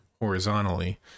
horizontally